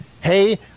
hey